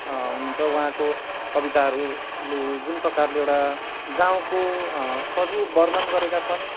हुनुहुन्छ उहाँको कविताहरूले जुन प्रकारले एउटा गाउँको सजीव वर्णन गरेका छन्